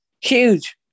huge